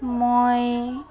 মই